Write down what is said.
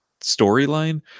storyline